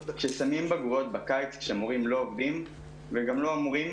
כששמים בגרויות בקיץ כשמורים לא עובדים וגם לא אמורים